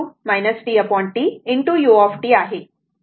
हे इक्वेशन आहे 77 आहे